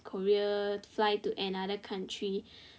Korea fly to another country